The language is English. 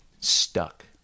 stuck